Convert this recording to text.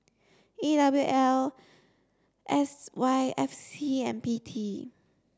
E W L S Y F C and P T